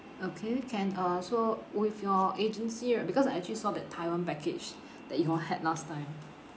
okay can uh so with your agency right because I actually saw the taiwan package that you all had last time